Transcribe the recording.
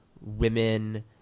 Women